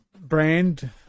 brand